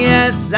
Yes